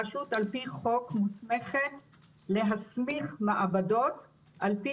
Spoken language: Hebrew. הרשות על פי חוק מוסמכת להסמיך מעבדות על פי